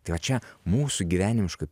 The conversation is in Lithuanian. tai va čia mūsų gyvenimiškoj